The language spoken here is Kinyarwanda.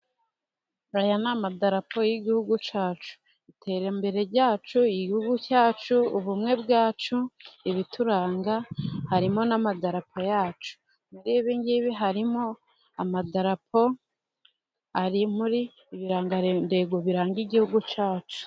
Aya ni amadarapo y'igihugu cyacu, iterambere ryacu, igihugu cyacu, ubumwe bwacu, ibituranga harimo n'amadarapo yacu, muri ibingibi harimo amadarapo ari mu birangantego biranga igihugu cyacu.